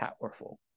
powerful